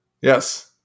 Yes